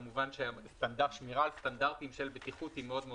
כמובן ששמירה על סטנדרטים של בטיחות היא מאוד מאוד